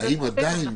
אולי גם בהם